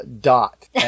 dot